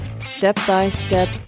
Step-by-step